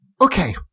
okay